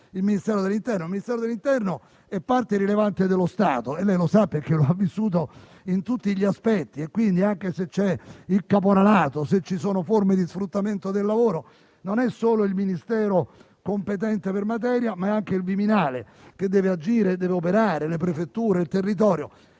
il Ministero dell'interno; che è parte rilevante dello Stato e lei, Ministro, lo sa perché lo ha vissuto in tutti gli aspetti. Quindi, anche se c'è il caporalato e forme di sfruttamento del lavoro, non è solo il Ministero competente per materia ma anche il Viminale che deve agire e operare, con le prefetture e sul territorio.